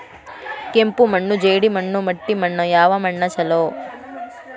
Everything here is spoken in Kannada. ಕೆಂಪು ಮಣ್ಣು, ಜೇಡಿ ಮಣ್ಣು, ಮಟ್ಟಿ ಮಣ್ಣ ಯಾವ ಮಣ್ಣ ಛಲೋ?